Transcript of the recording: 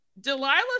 delilah